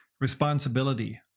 responsibility